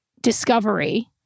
discovery